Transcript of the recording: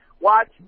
Watch